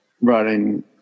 running